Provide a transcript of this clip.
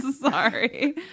Sorry